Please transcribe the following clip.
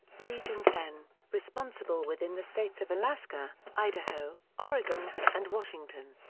region ten responsible within the states of alaska, idaho, oregon, and washington.